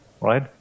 right